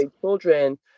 children